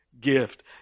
gift